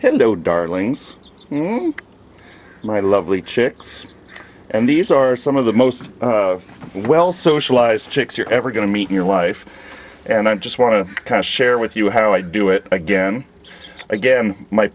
hendo darlings whom my lovely chicks and these are some of the most well socialized chicks you're ever going to meet in your life and i just want to kind of share with you how i do it again and again my